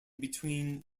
between